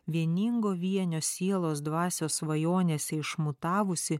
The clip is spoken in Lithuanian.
vieningo vienio sielos dvasios svajonėse išmutavusi